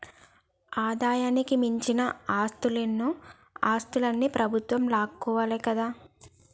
ఆదాయానికి మించిన ఆస్తులన్నో ఆస్తులన్ని ప్రభుత్వం లాక్కోవాలి కదా